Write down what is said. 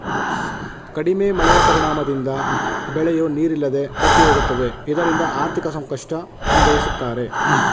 ಕಡಿಮೆ ಮಳೆಯ ಪರಿಣಾಮದಿಂದ ಬೆಳೆಯೂ ನೀರಿಲ್ಲದೆ ಬತ್ತಿಹೋಗುತ್ತದೆ ಇದರಿಂದ ಆರ್ಥಿಕ ಸಂಕಷ್ಟ ಅನುಭವಿಸುತ್ತಾರೆ